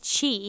Chi